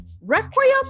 Requiem